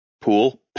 pool